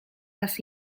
raz